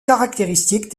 caractéristiques